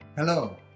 Hello